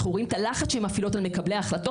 אנחנו רואים את הלחץ שהן מפעילות על מקבלי ההחלטות.